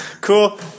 Cool